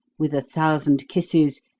with a thousand kisses.